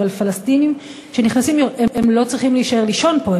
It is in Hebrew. אבל פלסטינים שנכנסים לא צריכים להישאר לישון פה,